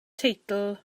teitl